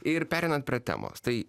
ir pereinant prie temos tai